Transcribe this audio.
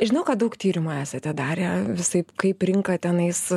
žinau kad daug tyrimų esate darę visaip kaip rinką tenais